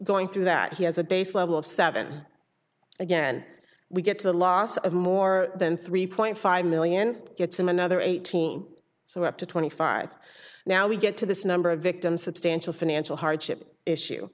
going through that he has a base level of seven again we get to the loss of more than three point five million gets him another eighteen so up to twenty five now we get to this number of victims substantial financial hardship issue